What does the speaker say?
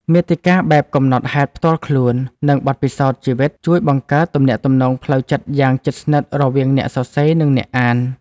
មាតិកាបែបកំណត់ហេតុផ្ទាល់ខ្លួន និងបទពិសោធន៍ជីវិត ជួយបង្កើតទំនាក់ទំនងផ្លូវចិត្តយ៉ាងជិតស្និទ្ធរវាងអ្នកសរសេរ និងអ្នកអាន។